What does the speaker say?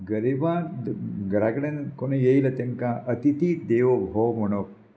गरिबा घराकडेन कोण येयला तेंकां अतिथि देवो भव म्हणप